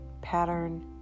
pattern